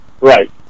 Right